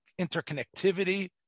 interconnectivity